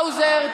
האוזר,